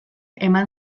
eman